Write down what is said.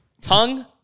tongue